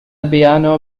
البيانو